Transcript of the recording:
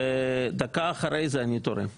ואמרתי לך את זה מתחילת הדיון,